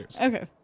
Okay